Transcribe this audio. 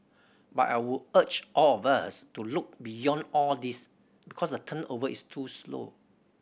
but I would urge all of us to look beyond all these because the turnover is too slow